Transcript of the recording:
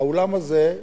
האולם הזה,